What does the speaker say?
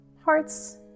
hearts